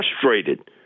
frustrated